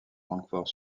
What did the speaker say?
francfort